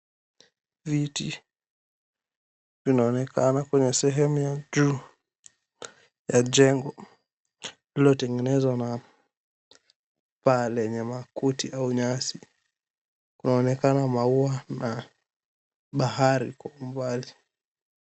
Viti vinaonekana kwenye sehemu ya juu ya jengo lililotengenezwa na paa lenye makuti au nyasi. Kunaonekana maua na bahari kwa umbali.